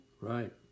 right